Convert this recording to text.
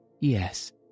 Yes